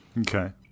Okay